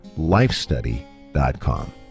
lifestudy.com